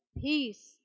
peace